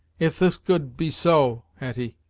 if this could be so, hetty,